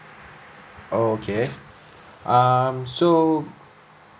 oh okay um so